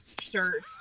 shirts